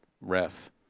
ref